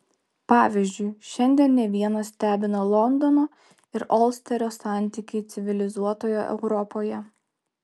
pavyzdžiui šiandien ne vieną stebina londono ir olsterio santykiai civilizuotoje europoje